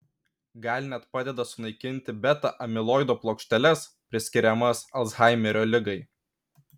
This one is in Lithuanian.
gal net padeda sunaikinti beta amiloido plokšteles priskiriamas alzhaimerio ligai